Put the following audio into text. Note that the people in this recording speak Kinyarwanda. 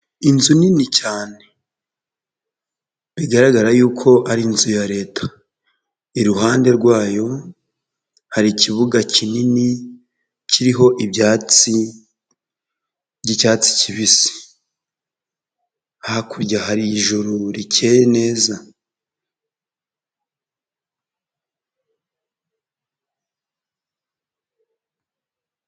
Inzu nini cyane bigaragara yuko ari inzu ya Leta, iruhande rwayo hari ikibuga kinini kiriho ibyatsi by'icyatsi kibisi, hakurya hari ijuru rikeye neza.